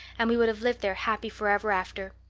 and we would have lived there happy for ever after.